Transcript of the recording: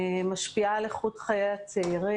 משפיעה על איכות חיי הצעירים,